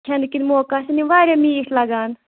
کیاہ لیکِن موقعہٕ آسن یِم واریاہ میٖٹھۍ لَگان